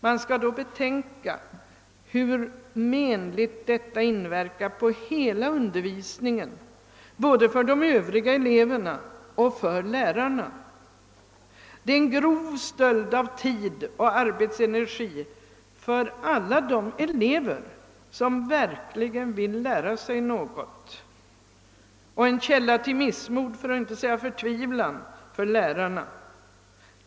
Man skall då betänka hur menligt detta inverkar på hela undervisningen, både för de övriga eleverna och för lärarna. Det är en grov stöld av tid och arbetsenergi för alla de elver som verkligen vill lära sig något och en källa till missmod för att inte säga förtvivlan för lärarna.